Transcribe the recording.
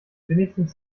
wenigstens